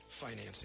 financing